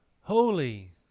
holy